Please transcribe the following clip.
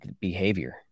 behavior